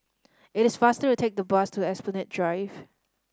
it is faster to take the bus to Esplanade Drive